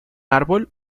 árbol